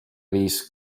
viis